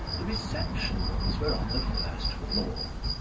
the reception-rooms were on the first floor.